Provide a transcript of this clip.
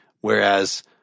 whereas